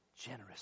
generous